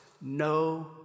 no